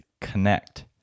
connect